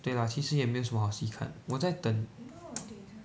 对 lah 其实也没有什么好戏看我在等